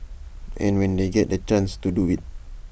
and when they get the chance to do IT